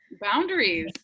boundaries